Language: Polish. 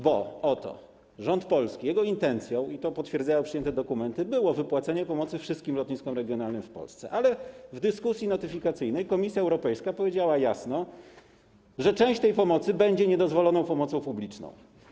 Bo oto jeśli chodzi o rząd polski, jego intencją, i to potwierdzają przyjęte dokumenty, było wypłacenie pomocy wszystkim lotniskom regionalnym w Polsce, ale w dyskusji notyfikacyjnej Komisja Europejska powiedziała jasno, że część tej pomocy będzie niedozwoloną pomocą publiczną.